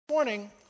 morning